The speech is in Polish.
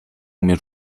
umie